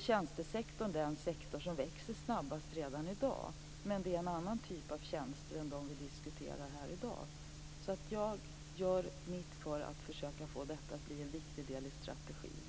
tjänstesektorn den sektor som växer snabbast redan i dag, men det handlar om en annan typ av tjänster än dem som vi nu diskuterar. Jag gör alltså mitt för att försöka att få detta att bli en viktig del i strategin.